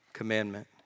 commandment